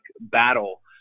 battle